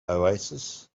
oasis